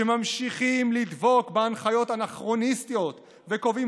שממשיכים לדבוק בהנחיות אנכרוניסטיות וקובעים